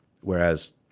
Whereas